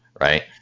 right